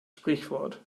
sprichwort